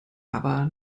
aber